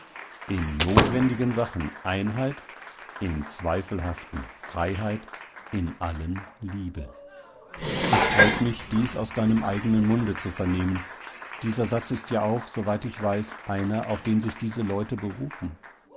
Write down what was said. in notwendigen sachen einheit in zweifelhaften freiheit in allen liebe es freut mich dies aus deinem eigenen munde zu vernehmen dieser satz ist ja auch soweit ich weiß einer auf den sich diese leute berufen